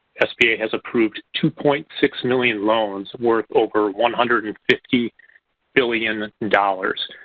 sba has approved two point six million loans, worth over one hundred and fifty billion dollars.